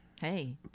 Hey